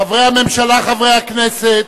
חברי הממשלה, חברי הכנסת,